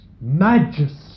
majesty